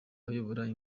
bayoboye